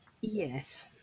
yes